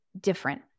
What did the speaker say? different